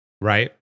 right